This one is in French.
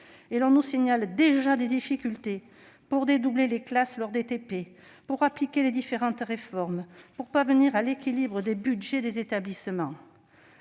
Et l'on nous signale déjà des difficultés pour dédoubler les classes lors des travaux pratiques (TP), pour appliquer les différentes réformes et pour parvenir à l'équilibre des budgets des établissements.